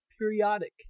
periodic